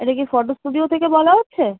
এটা কি photo studio থেকে বলা হচ্ছে